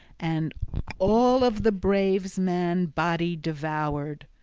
and all of the brave man's body devoured.